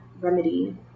remedy